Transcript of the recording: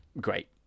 great